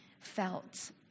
felt